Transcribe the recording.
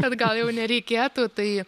kad gal jau nereikėtų tai